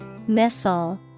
Missile